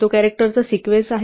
तो कॅरॅक्टरचा सिक्वेन्स आहे